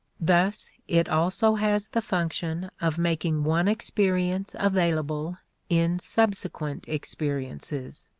thus it also has the function of making one experience available in subsequent experiences.